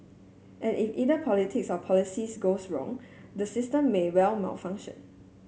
and if either politics or policies goes wrong the system may well malfunction